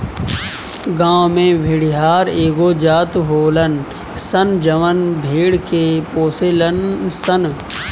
गांव में भेड़िहार एगो जात होलन सन जवन भेड़ के पोसेलन सन